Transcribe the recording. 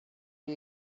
you